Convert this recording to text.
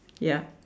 ya